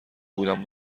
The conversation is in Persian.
بودم